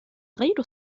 غير